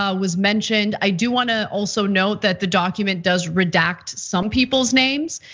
ah was mentioned. i do wanna also note that the document does redact some people's names,